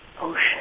ocean